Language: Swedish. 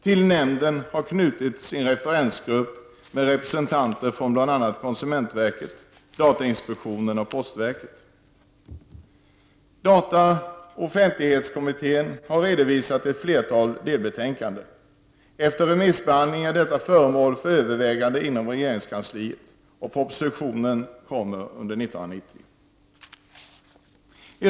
Till nämnden har knutits en referensgrupp med representanter från bl.a. konsumentverket, datainspektionen och postverket. Dataoch offentlighetskommittén har redovisat ett flertal delbetänkanden. Efter remissbehandling är dessa föremål för övervägande inom regeringskansliet, och propositionen kommer under 1990.